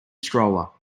stroller